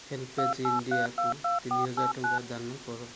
HelpAge ଇଣ୍ଡିଆକୁ ତିନି ହଜାର ଟଙ୍କା ଦାନ କର